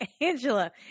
Angela